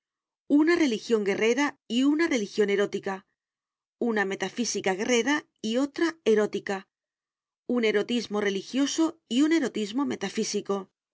una religión guerrera y una religión erótica una metafísica guerrera y otra erótica un erotismo religioso y un erotismo metafísico